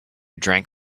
drank